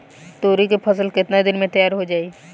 तोरी के फसल केतना दिन में तैयार हो जाई?